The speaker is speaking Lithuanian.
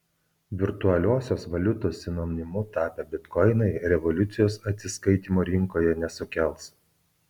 virtualiosios valiutos sinonimu tapę bitkoinai revoliucijos atsiskaitymų rinkoje nesukels